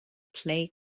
play